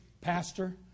pastor